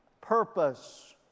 purpose